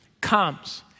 comes